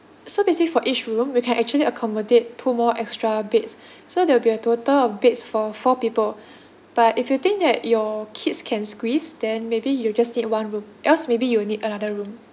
so basically for each room we can actually accommodate two more extra beds so there will be a total of beds for four people but if you think that your kids can squeeze then maybe you just need one room or else maybe you will need another room